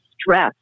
stress